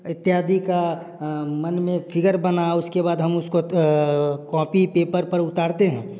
इत्यादि का मन में फिगर बना उसके बाद हम उसको कॉपी पेपर पर उतारते हैं